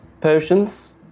potions